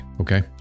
Okay